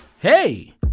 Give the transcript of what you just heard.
Hey